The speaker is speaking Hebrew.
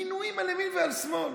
מינויים על ימין ועל שמאל.